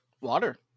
Water